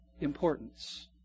importance